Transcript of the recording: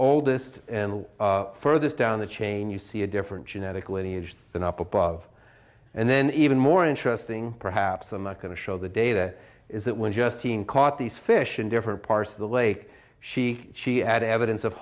oldest and the further down the chain you see a different genetic lineage than up above and then even more interesting perhaps i'm not going to show the data is that when just caught these fish in different parts of the lake she had evidence of